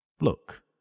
Look